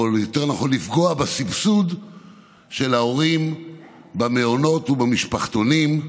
או יותר נכון לפגוע בסבסוד של ההורים במעונות ובמשפחתונים.